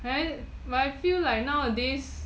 then but I feel like nowadays